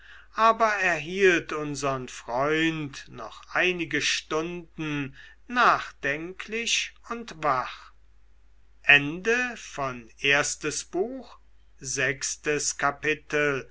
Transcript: aber erhielt unsern freund noch einige stunden nachdenklich und wach